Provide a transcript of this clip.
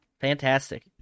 Fantastic